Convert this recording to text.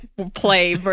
play